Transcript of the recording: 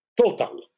total